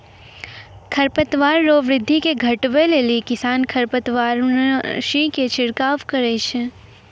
खरपतवार रो वृद्धि के घटबै लेली किसान खरपतवारनाशी के छिड़काव करै छै